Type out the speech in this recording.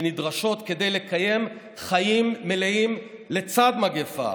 שנדרשות כדי לקיים חיים מלאים לצד מגפה.